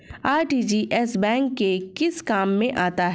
RTGS bank के किस काम में आता है?